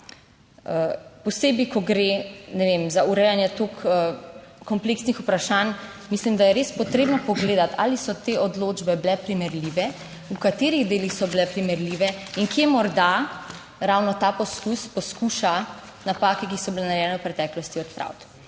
Posebej ko gre, ne vem, za urejanje toliko kompleksnih vprašanj, mislim, da je res potrebno pogledati ali so te odločbe bile primerljive, v katerih delih so bile primerljive in kje morda ravno ta poskus poskuša napake, ki so bile narejene v preteklosti, odpraviti.